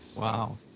Wow